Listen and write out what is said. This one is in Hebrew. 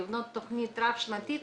לבנות תוכנית רב-שנתית,